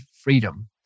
freedom